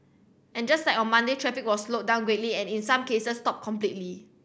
and just like on Monday traffic was slowed down greatly and in some cases stopped completely